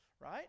Right